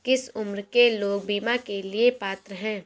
किस उम्र के लोग बीमा के लिए पात्र हैं?